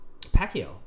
Pacquiao